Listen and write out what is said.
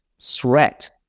threat